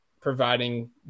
providing